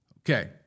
Okay